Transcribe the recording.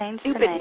stupid